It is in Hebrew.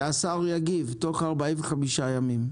שהשר יגיב תוך 45 ימים.